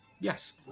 Yes